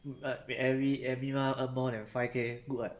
every every month earn more than five K good [what]